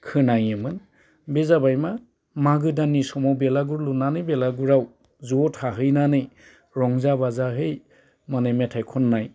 खोनायोमोन बे जाबाय मा मागो दाननि समाव बेलागुर लुनानै बेलागुरआव ज' थाहैनानै रंजा बाजाहै माने मेथाइ खननाय